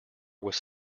was